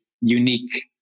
unique